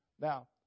now